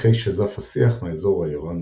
ושיחי שיזף השיח מהאזור האירנו-טורני.